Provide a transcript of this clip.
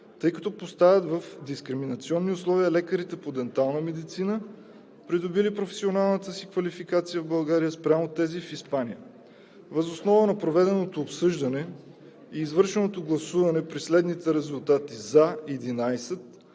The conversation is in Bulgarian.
тъй като поставят в дискриминационни условия лекарите по дентална медицина, придобили професионалната си квалификация в България спрямо тези в Испания. Въз основа на проведеното обсъждане и извършеното гласуване при следните резултати: „за“ 11,